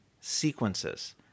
sequences